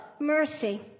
mercy